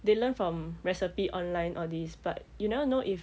they learn from recipe online all these but you never know if